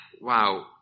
wow